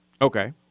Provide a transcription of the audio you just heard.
Okay